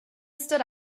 stood